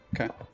Okay